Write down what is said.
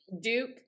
Duke